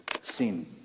sin